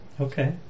Okay